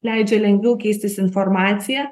leidžia lengviau keistis informacija